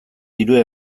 dirua